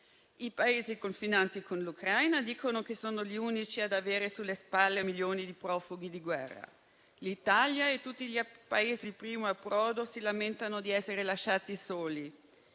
I Paesi confinanti con l'Ucraina dicono che sono gli unici ad avere sulle spalle milioni di profughi di guerra. L'Italia e tutti i Paesi di primo approdo si lamentano di essere lasciati soli.